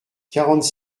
quarante